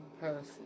person